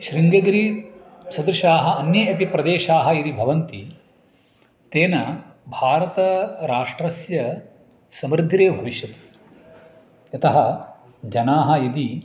शृङ्गगिरिसदृशाः अन्ये अपि प्रदेशः यदि भवन्ति तेन भारतराष्ट्रस्य समृद्धिरेव भविष्यति यतः जनाः यदि